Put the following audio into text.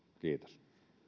kiitos